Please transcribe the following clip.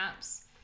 apps